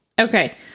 okay